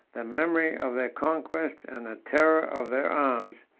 the memory of their conquest, and the terror of their arms,